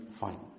fine